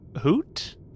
hoot